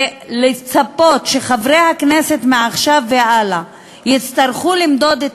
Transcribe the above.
ולצפות שחברי הכנסת מעכשיו והלאה יצטרכו למדוד את